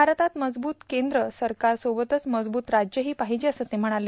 भारतात मजबूत केंद्र सरकारसोबतच मजबूत राज्यही पाहिजे असं ते म्हणाले